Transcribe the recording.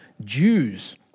Jews